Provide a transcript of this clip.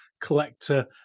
collector